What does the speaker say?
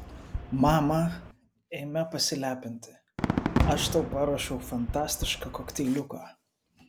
mama eime pasilepinti aš tau paruošiau fantastišką kokteiliuką